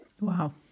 Wow